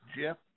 Jeff